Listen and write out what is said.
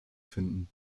finden